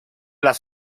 las